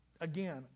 Again